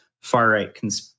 far-right